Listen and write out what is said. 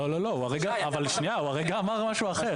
שנייה, הוא הרגע אמר מה אחר.